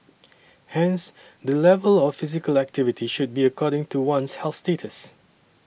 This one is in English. hence the level of physical activity should be according to one's health status